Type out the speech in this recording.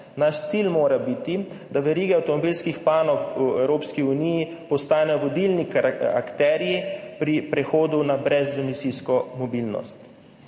Naš cilj mora biti, da verige avtomobilskih panog v Evropski uniji postanejo vodilni akterji pri prehodu na brezemisijsko mobilnost.